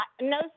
No